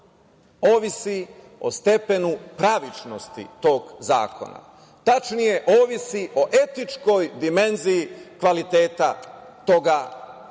ovisi o stepenu pravičnosti tog zakona. Tačnije, ovisi o etičkoj dimenziji kvaliteta toga zakona. Načelno